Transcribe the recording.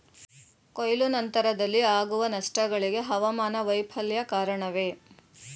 ಕೊಯ್ಲು ನಂತರದಲ್ಲಿ ಆಗುವ ನಷ್ಟಗಳಿಗೆ ಹವಾಮಾನ ವೈಫಲ್ಯ ಕಾರಣವೇ?